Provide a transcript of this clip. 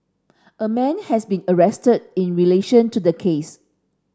a man has been arrested in relation to the case